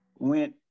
went